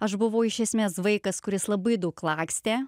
aš buvau iš esmės vaikas kuris labai daug lakstė